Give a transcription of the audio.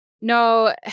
No